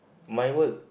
my work